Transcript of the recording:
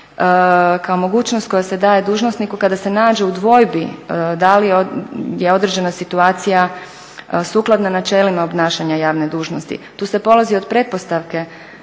kao mogućnost koja se daje dužnosniku kada se nađe u dvojbi da li je određena situacija sukladna načelima obnašanja javne dužnosti. Tu se polazi od pretpostavke